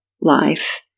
life